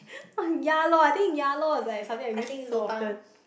ya lor I think ya lor is like something I used so often